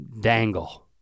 dangle